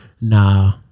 Nah